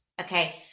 okay